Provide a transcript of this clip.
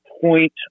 point